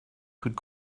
could